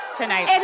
tonight